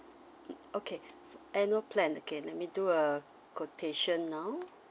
okay annual plan okay let me do uh quotation now